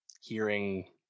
hearing